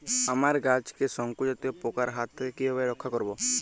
আমার গাছকে শঙ্কু জাতীয় পোকার হাত থেকে কিভাবে রক্ষা করব?